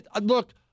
Look